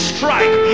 Strike